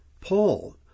Paul